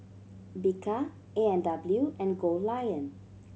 Bika A and W and Goldlion